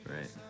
Right